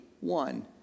one